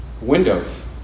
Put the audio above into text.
windows